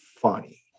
funny